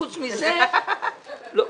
חוץ מזה, לא.